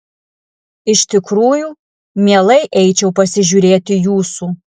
iš tikrųjų mielai eičiau pasižiūrėti jūsų